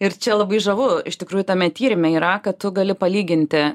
ir čia labai žavu iš tikrųjų tame tyrime yra kad tu gali palyginti